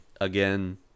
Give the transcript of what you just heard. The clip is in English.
Again